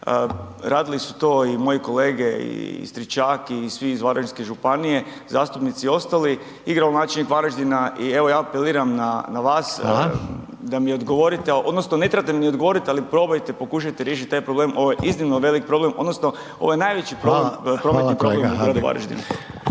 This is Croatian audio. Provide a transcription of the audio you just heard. radili su to i moji kolege i Stričak i svi iz Varaždinske županije, zastupnici i ostali, i gradonačelnik Varaždina i evo ja apeliram na, na vas …/Upadica: Hvala/…da mi odgovorite odnosno ne trebate mi ni odgovorit, ali probajte, pokušajte riješit ovaj problem, ovo je iznimno velik problem odnosno ovo je najveći …/Upadica: